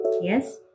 Yes